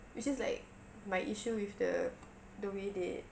it's just like my issue with the the way they